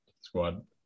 Squad